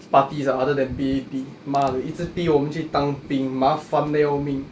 parties ah other than P_A_P 妈的一直逼我们去当兵麻烦的要命